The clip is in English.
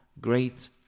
great